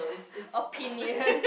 opinion